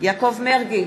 יעקב מרגי,